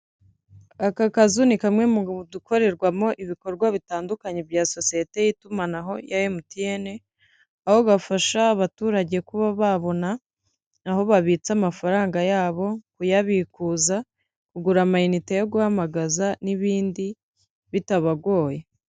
Aka kazu ni kamwe mu dukorerwamo ibikorwa bitandukanye bya sosiyete y'itumanaho ya MTN, aho gafasha abaturage kuba babona aho babitse amafaranga yabo, kuyabikuza, kugura amayinite yo guhamagaza n'ibindi bitabagoye.